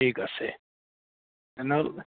ঠিক আছে